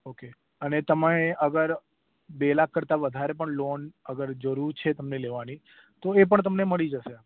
okay અને તમે અગર બે લાખ કરતા વધારે પણ લોન અગર જરૂર છે તમને લેવાની તો એ પણ તમને મળી જશે